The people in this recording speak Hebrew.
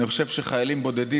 אני חושב שחיילים בודדים,